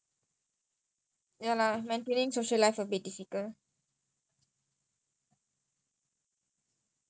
because morning [la] every saturday got some Zoom like today also got some Zoom saturday காலைல வெளிய போக முடியும்:kaalaila veliya poga mudiyum